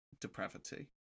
depravity